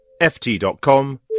ft.com